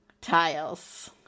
Tiles